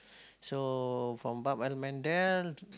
so from Bab-el-Mandeb